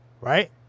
right